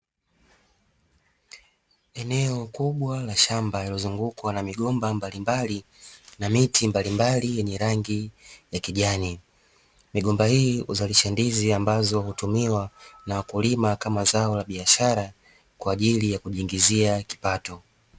Eneo kubwa la shamba lililozungukwa na migomba mbalimbali na miti mbalimbali yenye rangi ya kijani migomba hii uzalishaji ndizi ambazo hutumiwa na wakulima kama zao la biashara kwa ajili ya kujiingizia kipato.